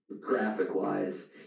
graphic-wise